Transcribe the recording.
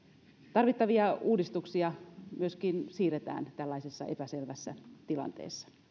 tarvittavia uudistuksia myöskin siirretään tällaisessa epäselvässä tilanteessa